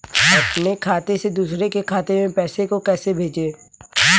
अपने खाते से दूसरे के खाते में पैसे को कैसे भेजे?